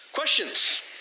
Questions